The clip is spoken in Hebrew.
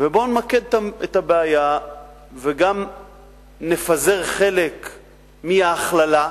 ובואו נמקד את הבעיה וגם נפזר חלק מההכללה,